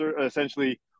essentially